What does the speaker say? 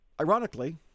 ironically